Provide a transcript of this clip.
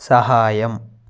సహాయం